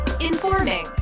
Informing